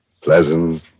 Pleasant